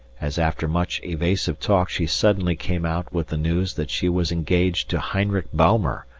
as after much evasive talk she suddenly came out with the news that she was engaged to heinrich baumer,